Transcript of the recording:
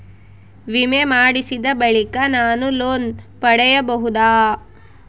ವಿಮೆ ಮಾಡಿಸಿದ ಬಳಿಕ ನಾನು ಲೋನ್ ಪಡೆಯಬಹುದಾ?